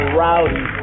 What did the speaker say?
rowdy